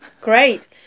great